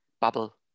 bubble